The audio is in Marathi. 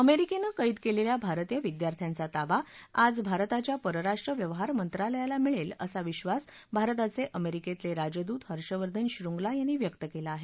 अमेरिकेनं कैद केलेल्या भारतीय विद्यार्थ्यांचा ताबा आज भारताच्या परराष्ट्र व्यवहार मंत्रालयाला मिळेल असा विश्वास भारताचे अमेरिकेतले राजदूत हर्षवर्धन शृंगला यांनी व्यक्त केला आहे